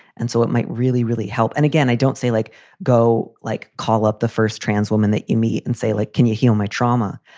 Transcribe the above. and so it might really, really help. and again, i don't say like go like call up the first transwoman that you meet and say, like, can you heal my trauma?